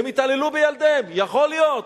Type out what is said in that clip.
הם התעללו בילדיהם, יכול להיות,